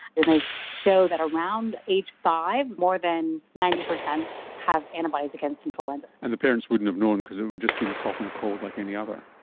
and they so show that around aged five more than ninety percent have antibodies against influenza. and the parents wouldn't have known because it would have just been a cough and a cold like any other.